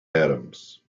adams